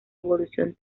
evolución